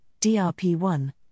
DRP1